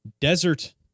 Desert